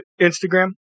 Instagram